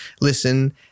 listen